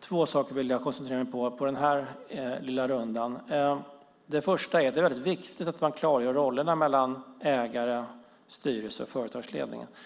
Två saker vill jag koncentrera mig på i den här lilla rundan. Det är väldigt viktigt att klargöra rollerna mellan ägare, styrelse och företagsledning.